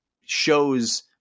shows